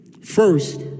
First